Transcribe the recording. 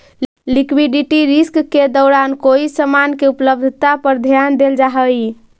liquidity risk के दौरान कोई समान के उपलब्धता पर ध्यान देल जा हई